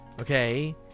okay